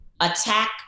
attack